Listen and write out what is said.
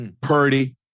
Purdy